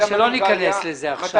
שלא ניכנס לזה עכשיו.